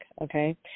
okay